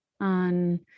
on